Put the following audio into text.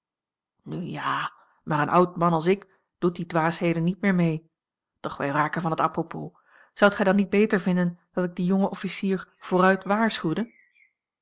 ja maar een oud man als ik doet die dwaasheden niet meer mee doch wij raken van het à propos zoudt gij dan niet beter vinden dat ik dien jongen officier vooruit waarschuwde